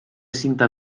cinta